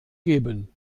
geben